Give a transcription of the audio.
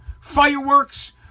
Fireworks